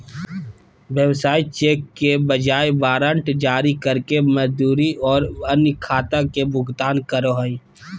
व्यवसाय चेक के बजाय वारंट जारी करके मजदूरी और अन्य खाता के भुगतान करो हइ